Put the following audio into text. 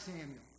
Samuel